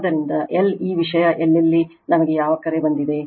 ಆದ್ದರಿಂದ L ಈ ವಿಷಯ ಎಲ್ಲೆಲ್ಲಿ ನಮಗೆ ಯಾವ ಕರೆ ಬಂದಿದೆ